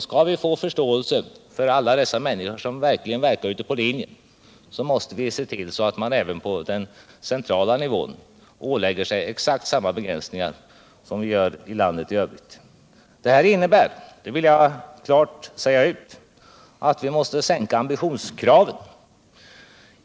Skall vi vinna förståelse hos alla dessa människor som verkar ute på fältet, måste vi se till att man även på den centrala nivån ålägger sig exakt samma begränsningar som man gör i landet i övrigt. Detta innebär, det vill jag klart säga ut, att vi måste sänka ambitionskraven.